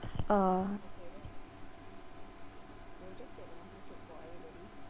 uh